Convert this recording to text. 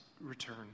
return